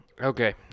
Okay